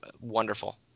wonderful